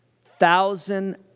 thousand